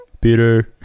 Peter